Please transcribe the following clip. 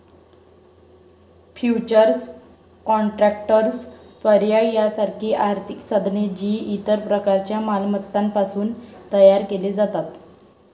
futures contracts, पर्याय यासारखी आर्थिक साधने, जी इतर प्रकारच्या मालमत्तांपासून तयार केली जातात